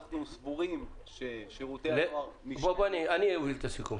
אנחנו סבורים ששירותי הדואר --- אני אוביל את הסיכום,